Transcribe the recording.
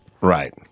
Right